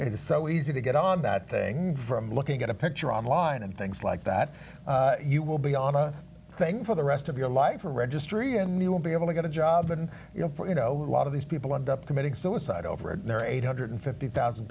is so easy to get on that thing from looking at a picture online and things like that you will be on a thing for the rest of your life or registry and you will be able to get a job and you know you know a lot of these people and up committing suicide over there are eight hundred and fifty thousand